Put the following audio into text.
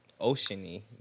oceany